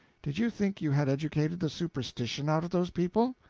did you think you had educated the superstition out of those people?